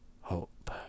hope